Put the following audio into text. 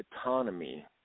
autonomy